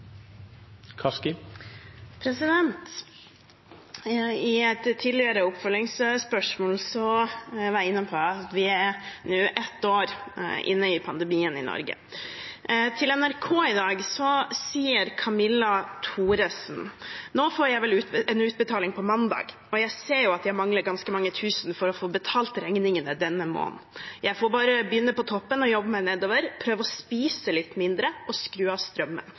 I et tidligere oppfølgingsspørsmål var jeg inne på at vi nå er ett år inne i pandemien i Norge. Til NRK i dag sier Kamilla Thoresen: «Nå får jeg vel en utbetaling på mandag. Og jeg ser jo at jeg mangler ganske mange tusen for å få betalt regningene denne måneden. Jeg får bare begynne på toppen og jobbe meg nedover, prøve å spise litt mindre og skru av strømmen.